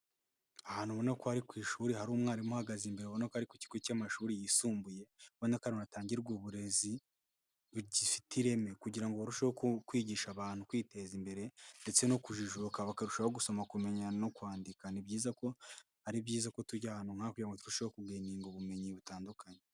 Ahantu ubona ko ari ku ishuri, hari umwarimu uhagaze imbere ubona ko ari ikigo cy'amashuri yisumbuye, ubona ko hatangirwa uburezi bufite ireme, kugira ngo barusheho kwigisha abantu kwiteza imbere, ndetse no kujijuka bakarushaho gusoma, kumenya no kwandika. Ni byiza ko ari byiza ko tujya ahantu nk'aha kugira ngo turusheho kumenya ingingo z'ubumenyi butandukanye.